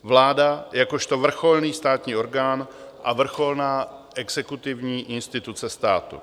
Vláda jakožto vrcholný státní orgán a vrcholná exekutivní instituce státu.